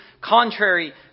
contrary